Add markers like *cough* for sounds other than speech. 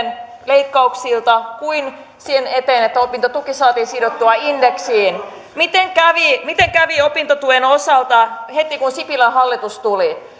leikkauksilta kuin sen eteen että opintotuki saatiin sidottua indeksiin miten kävi miten kävi opintotuen osalta heti kun sipilän hallitus tuli *unintelligible*